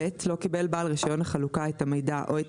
(ב)לא קיבל בעל רישיון החלוקה את המידע או את